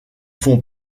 font